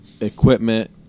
equipment